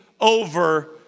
over